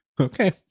Okay